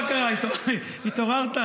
מה קרה, התעוררת?